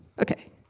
Okay